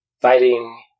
fighting